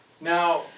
Now